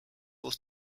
was